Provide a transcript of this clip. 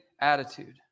attitude